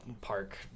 park